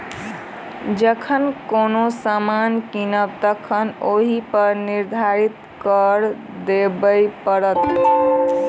जखन कोनो सामान कीनब तखन ओहिपर निर्धारित कर देबय पड़त